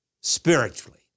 spiritually